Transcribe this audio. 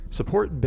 Support